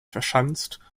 verschanzt